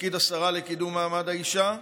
לתפקיד השרה לקידום מעמד האישה,